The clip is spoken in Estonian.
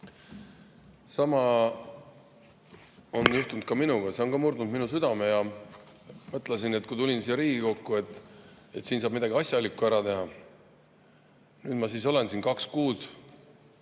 Sama on juhtunud ka minuga, see on murdnud ka minu südame. Mõtlesin, kui tulin siia Riigikokku, et siin saab midagi asjalikku ära teha. Nüüd ma siis olen siin kaks kuud